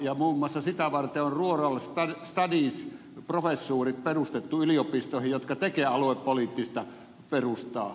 muun muassa sitä varten on rural studies professuurit perustettu yliopistoihin jotka tekevät aluepoliittista perustaa